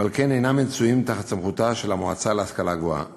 ועל כן אין הם בסמכותה של המועצה להשכלה גבוהה.